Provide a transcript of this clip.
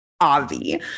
Avi